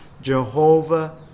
Jehovah